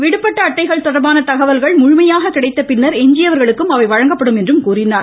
விடுபட்ட அட்டைகள் தொடர்பான தகவல்கள் முழுமையாக கிடைத்தபின்னர் எஞ்சியவர்களுக்கும் அவை வழங்கப்படும் என்றார்